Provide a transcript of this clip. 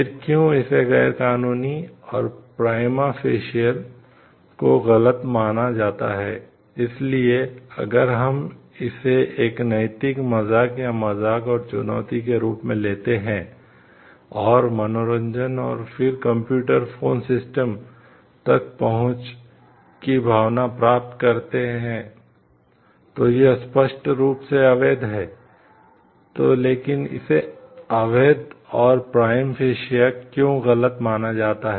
फिर क्यों इसे गैरकानूनी और प्राइमा फेशियल क्यों गलत माना जाता है